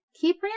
Keep